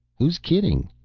who's kidding?